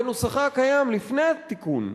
בנוסחה הקיים לפני התיקון,